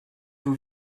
vous